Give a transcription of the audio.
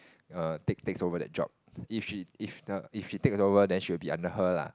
err take takes over the job if she if the if she takes over then she will be under her lah